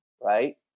right